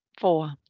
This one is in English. Four